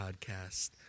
podcast